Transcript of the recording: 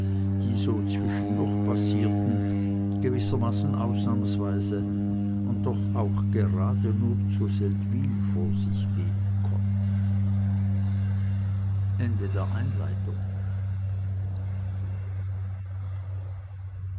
die so zwischendurch passierten gewissermaßen ausnahmsweise und doch auch gerade nur zu seldwyla vor sich gehen konnten